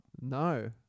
No